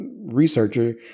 researcher